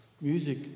music